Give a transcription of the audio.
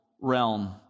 realm